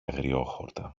αγριόχορτα